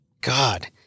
god